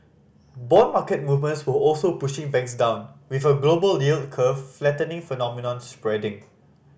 bond market movements were also pushing banks down with a global yield curve flattening phenomenon spreading